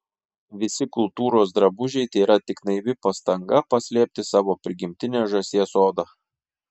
visi kultūros drabužiai tėra tik naivi pastanga paslėpti savo prigimtinę žąsies odą